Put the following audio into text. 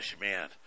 man